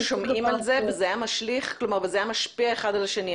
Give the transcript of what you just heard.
שומעים על זה וזה היה משפיע אחד על השני.